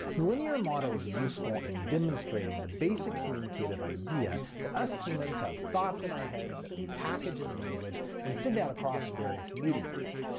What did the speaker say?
the linear model is useful in and demonstrating the basic communicative idea that us humans have thoughts in our heads, that we package in language and send out across various mediums.